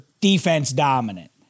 defense-dominant